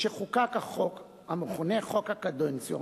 כשחוקק החוק המכונה "חוק הקדנציות",